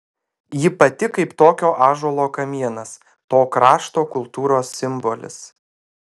ji pati kaip tokio ąžuolo kamienas to krašto kultūros simbolis